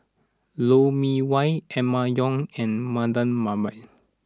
Lou Mee Wah Emma Yong and Mardan Mamat